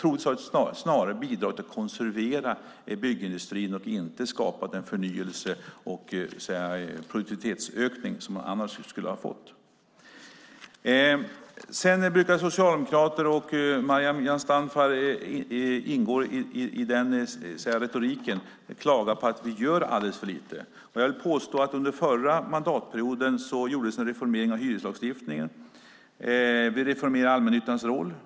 Troligtvis har det snarare bidragit till att konservera byggindustrin och inte skapa den förnyelse och produktivitetsökning som man annars skulle ha fått. Socialdemokrater och Maryam Yazdanfar brukar i retoriken klaga på att vi gör alldeles för lite. Jag vill påstå att det under förra mandatperioden gjordes en reformering av hyreslagstiftningen. Vi reformerade allmännyttans roll.